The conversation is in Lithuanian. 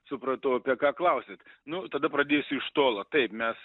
supratau apie ką klausiat nu tada pradėsiu iš tolo taip mes